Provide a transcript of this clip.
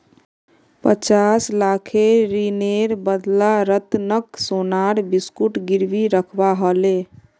पचास लाखेर ऋनेर बदला रतनक सोनार बिस्कुट गिरवी रखवा ह ले